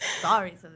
sorry